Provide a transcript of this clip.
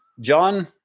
John